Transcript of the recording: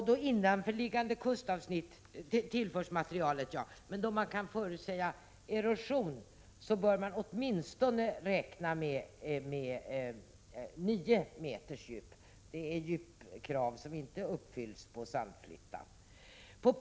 Då man kan förutsäga erosion bör man räkna med åtminstone 9 meters djup. Det är djupkrav som inte uppfylls på Sandflyttan. Herr talman!